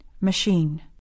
Machine